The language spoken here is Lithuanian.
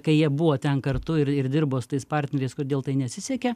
kai jie buvo ten kartu ir ir dirbo su tais partneriais kodėl tai nesisekė